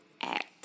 act